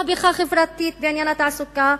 רוצים מהפכה חברתית בעניין התעסוקה,